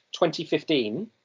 2015